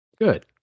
Good